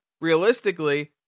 realistically